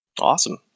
Awesome